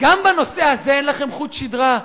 גם בנושא הזה אין לכם חוט שדרה?